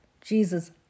Jesus